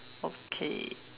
okay